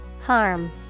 Harm